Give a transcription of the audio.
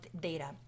data